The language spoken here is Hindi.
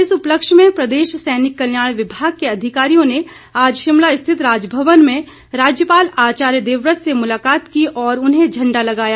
इस उपलक्ष्य में प्रदेश सैनिक कल्याण विभाग के अधिकारियों ने आज शिमला स्थित राजभवन में राज्यपाल आचार्य देवव्रत से मुलाकात की और उन्हें झंडा लगाया